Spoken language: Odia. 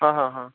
ହଁ ହଁ ହଁ